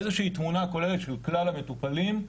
איזושהי תמונה כוללת של כלל המטופלים,